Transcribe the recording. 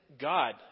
God